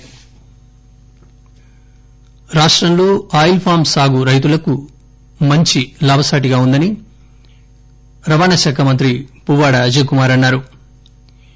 ఖమ్మం రాష్టంలో ఆయిల్పామ్ సాగు రైతులకు మంచి లాభసాటిగా ఉందని రవాణా శాఖ మంత్రి పువ్వాడ అజయ్ కుమార్ అన్సా రు